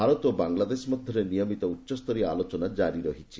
ଭାରତ ଓ ବାଂଲାଦେଶ ମଧ୍ୟରେ ନିୟମିତ ଉଚ୍ଚସ୍ତରୀୟ ଆଲୋଚନା କ୍କାରି ରହିଛି